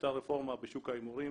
הייתה רפורמה בשוק ההימורים,